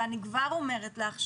אני כבר אומרת לך,